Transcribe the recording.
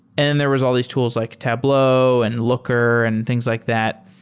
and there was all these tools like tableau, and looker, and things like that.